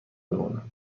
بمانم